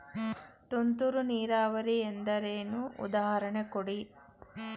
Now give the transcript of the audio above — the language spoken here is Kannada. ತುಂತುರು ನೀರಾವರಿ ಎಂದರೇನು, ಉದಾಹರಣೆ ಕೊಡಿ?